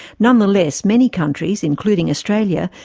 nonetheless, many countries, including australia,